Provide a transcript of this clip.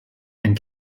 and